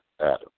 Adam